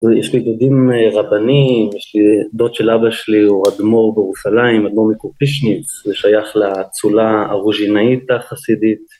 יש לי דודים רבנים, דוד של אבא שלי הוא אדמור בירושלים, אדמור מקופיטשניץ', הוא שייך לצולה הרוז'ינאית החסידית